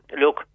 Look